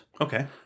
Okay